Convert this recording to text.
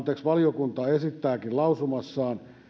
valiokunta esittääkin lausumassaan